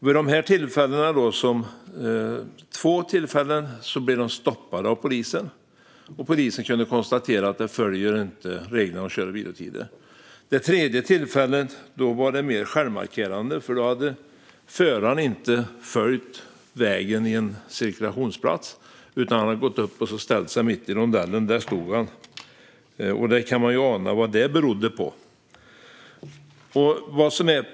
Vid två tillfällen blev förarna stoppade av polisen, som kunde konstatera att de inte följde reglerna om kör och vilotider. Vid det tredje tillfället var det mer självmarkerande, för då hade föraren inte följt vägen vid en cirkulationsplats, utan han hade ställt sig mitt i rondellen. Där stod han, och man kan ju ana vad det berodde på.